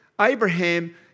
Abraham